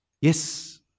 Yes